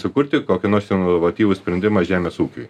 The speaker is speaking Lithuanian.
sukurti kokį nors inovatyvų sprendimą žemės ūkiui